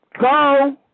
Go